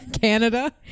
Canada